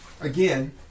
again